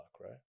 right